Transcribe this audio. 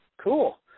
Cool